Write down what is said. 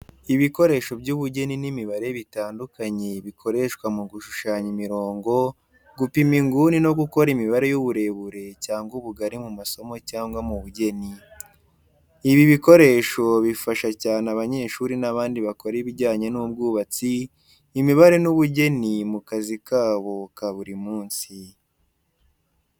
Ibikoresho by’ubugeni n’imibare bitandukanye bikoreshwa mu gushushanya imirongo, gupima inguni no gukora imibare y’uburebure cyangwa ubugari mu masomo cyangwa mu bugeni. Ibi bikoresho bifasha cyane abanyeshuri n’abandi bakora ibijyanye n’ubwubatsi, imibare n’ubugeni mu kazi kabo ka buri munsi.